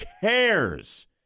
cares